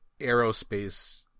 aerospace